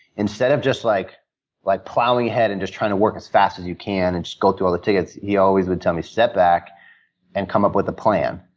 instead of just like like plowing ahead, and trying to work as fast as you can, and just going through all the tickets, he always would tell me, step back and come up with a plan.